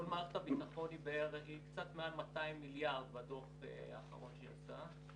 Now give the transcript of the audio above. כל מערכת הביטחון היא קצת מעל 200 מיליארד בדוח האחרון שיצא,